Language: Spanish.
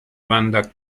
banda